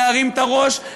להרים את הראש,